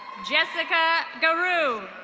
jessica garu.